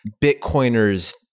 Bitcoiners